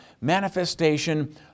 manifestation